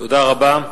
תודה רבה.